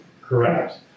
Correct